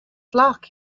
flock